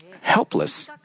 helpless